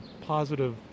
positive